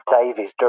Davies